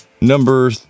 number